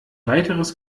weiteres